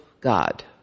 God